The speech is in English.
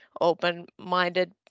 open-minded